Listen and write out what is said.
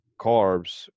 carbs